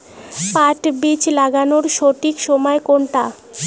পাট বীজ লাগানোর সঠিক সময় কোনটা?